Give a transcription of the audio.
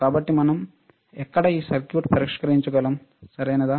కాబట్టి మనం ఎక్కడ ఈ సర్క్యూట్ పరీక్షించగలం సరియైనదా